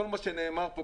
כל מה שנאמר פה,